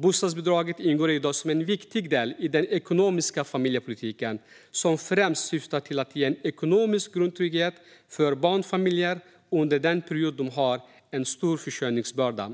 Bostadsbidraget ingår i dag som en viktig del i den ekonomiska familjepolitiken som främst syftar till att ge en ekonomisk grundtrygghet för barnfamiljer under den period då de har en stor försörjningsbörda.